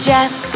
Jess